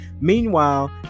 Meanwhile